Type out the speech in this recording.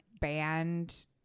band